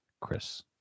Chris